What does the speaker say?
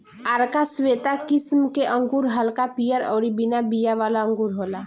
आरका श्वेता किस्म के अंगूर हल्का पियर अउरी बिना बिया वाला अंगूर होला